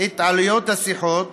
את עלויות השיחות,